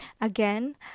again